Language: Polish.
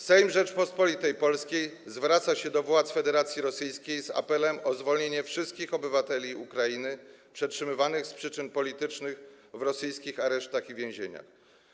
Sejm Rzeczypospolitej Polskiej zwraca się do władz Federacji Rosyjskiej z apelem o zwolnienie wszystkich obywateli Ukrainy przetrzymywanych z przyczyn politycznych w rosyjskich aresztach i więzieniach.